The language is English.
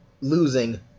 losing